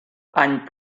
any